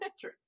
true